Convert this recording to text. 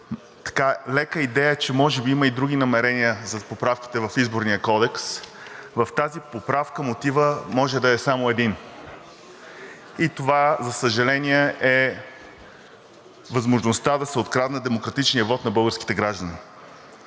дори лека идея, че може би има и други намерения за поправките в Изборния кодекс, в тази поправка мотивът може да е само един. И това, за съжаление, е възможността да се открадне демократичния вот на българските граждани.